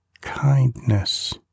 kindness